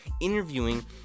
interviewing